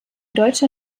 deutscher